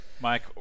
Mike